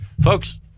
Folks